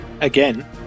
again